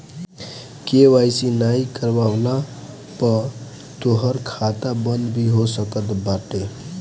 KYC नाइ करववला पअ तोहार खाता बंद भी हो सकत बाटे